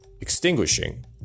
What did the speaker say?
extinguishing